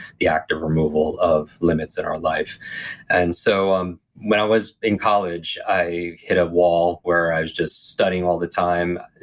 the act of removal of limits in our life and so um when i was in college, i hit a wall where i was just studying all the time,